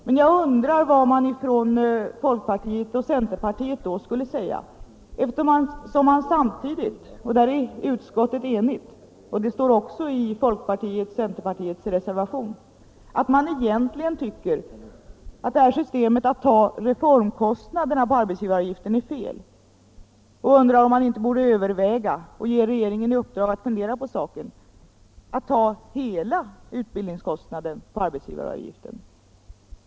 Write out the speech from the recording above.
Men jag undrar vad man på folkpartioch centerpartihåll då skulle säga, eftersom man samtidigt — där är utskottet enigt och det står också i folkpartiets och centerpartiets reservation — säger att man egentligen tycker att det här systemet att betala reformkostnaderna med arbetsgivaravgiften är fel och anser att regeringen borde fundera på om inte hela-utbildningskostnaden skall tas på arbetsgivaravgiften.